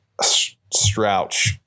Strouch